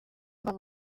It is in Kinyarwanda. cyo